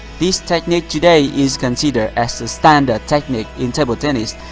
this technique today is considered as the standard technique in table tennis,